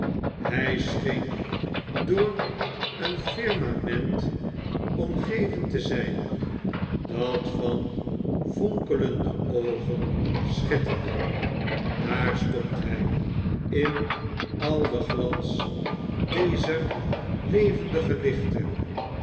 hij scheen door een firmament omgeven te zijn dat van fonkelende oogen schitterde daar stond hij in al den glans dezer levendige lichten